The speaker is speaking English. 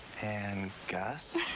and gus.